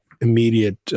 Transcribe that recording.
immediate